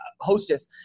hostess